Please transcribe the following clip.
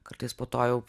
kartais po to jau